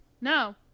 no